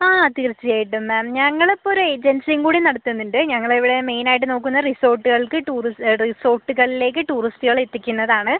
ആ തീർച്ച ആയിട്ടും മാം ഞങ്ങൾ ഇപ്പോ ഒര് ഏജൻസിയും കൂടി നടത്തുന്നണ്ട് ഞങ്ങൾ ഇവിടെ മെയിൻ ആയിട്ട് നോക്കുന്ന റിസോർട്ടുകൾക്ക് ടൂറിസ്റ്റ് റിസോർട്ടുകളിലേക്ക് ടൂറിസ്റ്റുകളെ എത്തിക്കുന്നത് ആണ്